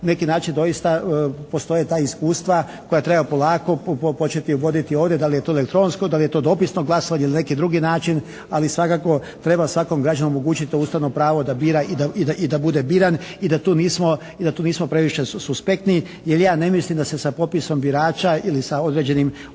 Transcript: neki način doista postoje ta iskustva koja treba polako početi uvoditi ovdje. Da li je to elektronsko, da li je to dopisno glasovanje ili neki drugi način ali svakako treba svakom građaninu omogućiti to ustavno pravo da bira i da bude biran i da tu nismo previše suspektniji. Jer ja ne mislim da se sa popisom birača ili sa određenim ovim